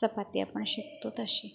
चपाती आपण शेकतो तशी